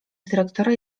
dyrektora